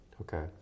Okay